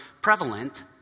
prevalent